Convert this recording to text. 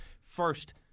first